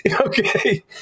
Okay